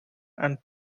and